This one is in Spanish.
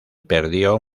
perdió